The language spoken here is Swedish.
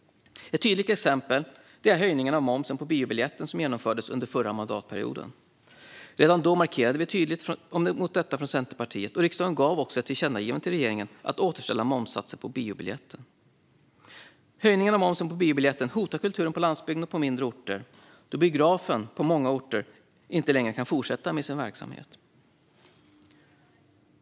Ett tydligt exempel är höjningen av momsen på biobiljetten som genomfördes under förra mandatperioden. Redan då markerade vi tydligt mot detta från Centerpartiet, och riksdagen gav också ett tillkännagivande till regeringen att återställa momssatsen på biobiljetten. Höjningen av momsen på biobiljetten hotar kulturen på landsbygden och på mindre orter då biografen på många orter inte längre kan fortsätta med sin verksamhet.